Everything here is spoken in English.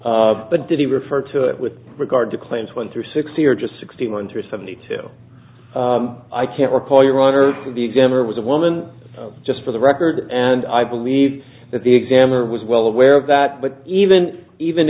it but did he refer to it with regard to claims went through sixty or just sixty one through seventy two i can't recall your honor the examiner was a woman just for the record and i believe that the examiner was well aware of that but even even